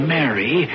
Mary